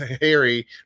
Harry